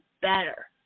better